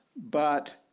but